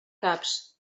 caps